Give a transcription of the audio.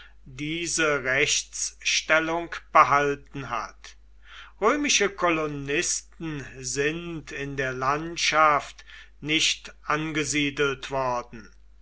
diese rechtsstellung behalten hat römische kolonisten sind in der landschaft nicht angesiedelt worden